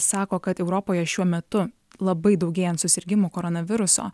sako kad europoje šiuo metu labai daugėjant susirgimų koronaviruso